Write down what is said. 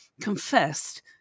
confessed